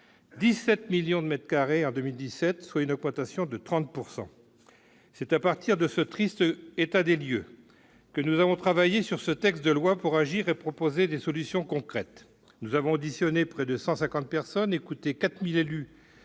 17 millions de mètres carrés en 2017, soit une augmentation de 30 %. C'est à partir de ce triste état des lieux que nous avons préparé la présente proposition de loi, afin d'agir et de proposer des solutions concrètes. Nous avons auditionné près de 150 personnes et écouté les 4 000 élus